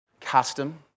custom